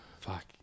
fuck